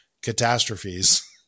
catastrophes